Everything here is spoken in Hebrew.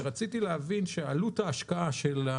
ורציתי להבין שעולת ההשקעה,